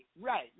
right